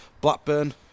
Blackburn